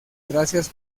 gracias